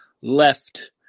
left